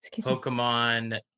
pokemon